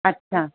अच्छा